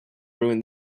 ruin